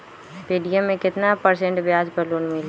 Paytm मे केतना percent ब्याज पर लोन मिली?